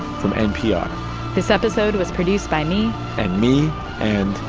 from npr this episode was produced by me and me